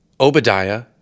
Obadiah